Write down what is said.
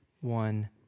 one